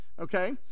Okay